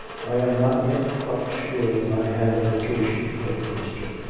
i am not yet quite sure that i have a vocation for the priesthood.